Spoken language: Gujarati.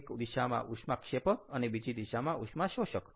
એક દિશામાં ઉષ્માક્ષેપક અને બીજી દિશામાં ઉષ્માશોષક